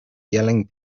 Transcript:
yelling